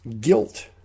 guilt